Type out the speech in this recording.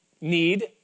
need